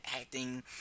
Acting